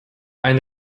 ein